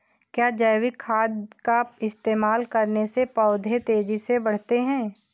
क्या जैविक खाद का इस्तेमाल करने से पौधे तेजी से बढ़ते हैं?